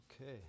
Okay